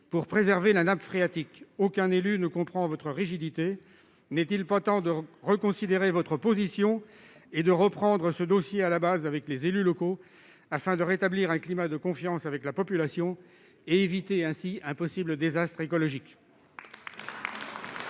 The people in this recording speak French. de préserver la nappe phréatique. Aucun élu ne comprend votre rigidité. N'est-il pas temps de reconsidérer votre position et de reprendre ce dossier en compagnie des élus locaux, afin de rétablir un climat de confiance avec la population et d'éviter ainsi un possible désastre écologique ?